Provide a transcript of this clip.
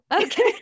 Okay